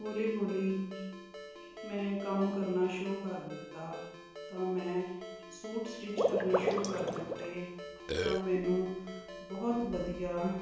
ਹੌਲੀ ਹੌਲੀ ਮੈਂ ਕੰਮ ਕਰਨਾ ਸ਼ੁਰੂ ਕਰ ਦਿੱਤਾ ਤਾਂ ਮੈਂ ਸੂਟ ਸਟਿਚ ਕਰਨੇ ਸ਼ੁਰੂ ਕਰ ਦਿੱਤੇ ਤਾਂ ਮੈਨੂੰ ਬਹੁਤ ਵਧੀਆ